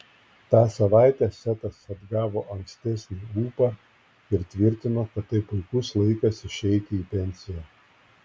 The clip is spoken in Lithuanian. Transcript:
tą savaitę setas atgavo ankstesnį ūpą ir tvirtino kad tai puikus laikas išeiti į pensiją